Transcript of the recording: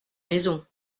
maison